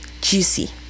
juicy